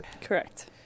Correct